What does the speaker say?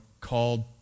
called